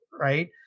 right